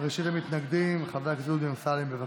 ראשון המתנגדים, חבר הכנסת דודי אמסלם, בבקשה.